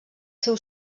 seu